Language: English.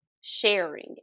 sharing